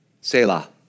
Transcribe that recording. Selah